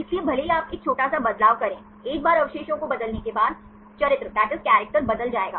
इसलिए भले ही आप एक छोटा सा बदलाव करें एक बार अवशेषों को बदलने के बाद चरित्र बदल जाएगा